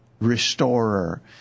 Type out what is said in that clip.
restorer